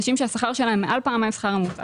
אנשים שהשכר שלהם מעל פעמיים השכר הממוצע